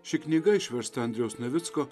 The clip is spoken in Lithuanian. ši knyga išversta andriaus navicko